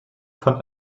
fand